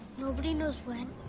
nobody knows when,